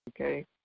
okay